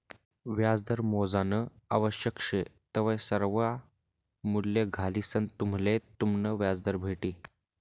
व्याजदर मोजानं आवश्यक शे तवय सर्वा मूल्ये घालिसंन तुम्हले तुमनं व्याजदर भेटी